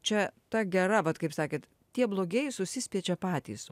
čia ta gera vat kaip sakėt tie blogieji susispiečia patys